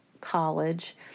college